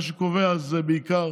מה שקובע זה בעיקר